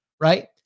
Right